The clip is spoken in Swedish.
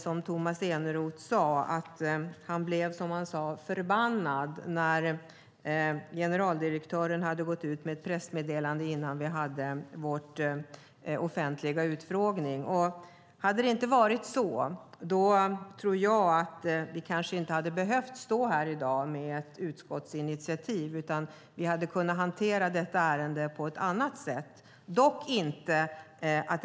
Som Tomas Eneroth sade blev han förbannad när generaldirektören gick ut med ett pressmeddelande innan vi hade vår offentliga utfrågning. Hade det inte varit så, tror jag att vi kanske inte hade behövt stå här i dag med ett utskottsinitiativ utan kunnat hantera detta ärende på ett annat sätt.